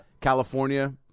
California